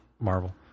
Marvel